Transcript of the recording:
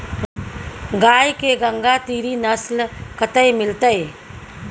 गाय के गंगातीरी नस्ल कतय मिलतै?